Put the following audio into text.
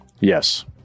Yes